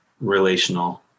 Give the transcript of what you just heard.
relational